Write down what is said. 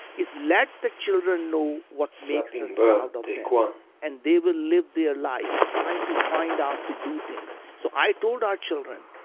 is let the children know what makes us proud of them and they will live their lives trying to find out to do things. so i told our children,